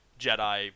Jedi